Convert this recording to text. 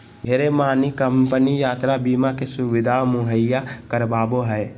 ढेरे मानी कम्पनी यात्रा बीमा के सुविधा मुहैया करावो हय